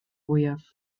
fwyaf